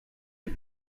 est